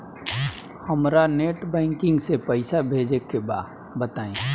हमरा net banking से पईसा भेजे के बा बताई?